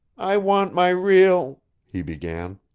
i want my real he began.